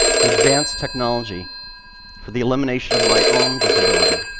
to advance technology for the elimination of my own disability,